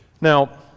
Now